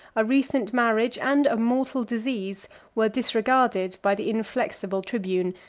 a recent marriage, and a mortal disease were disregarded by the inflexible tribune,